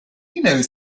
knows